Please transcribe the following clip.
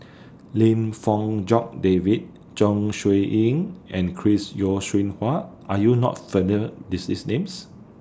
Lim Fong Jock David Zeng Shouyin and Chris Yeo Siew Hua Are YOU not familiar These Names